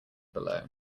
below